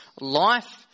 life